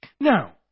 Now